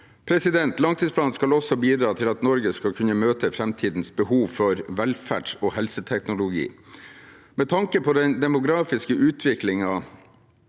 forutsigbarhet. Langtidsplanen skal også bidra til at Norge skal kunne møte framtidens behov for velferds- og helseteknologi, og med tanke på den demografiske utviklingen